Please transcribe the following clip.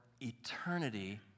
eternity